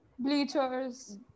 Bleachers